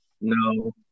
No